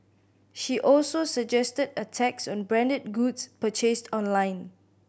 she also suggested a tax on branded goods purchased online